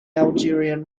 algerian